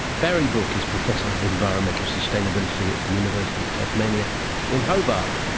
barry brook is professor of environmental sustainability at the university of tasmania in hobart,